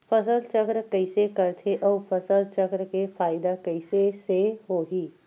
फसल चक्र कइसे करथे उ फसल चक्र के फ़ायदा कइसे से होही?